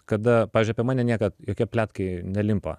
kada pavyzdžiui apie mane niekad jokie pletkai nelimpa